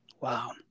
Wow